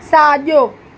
साॼो